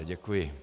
Děkuji.